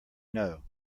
know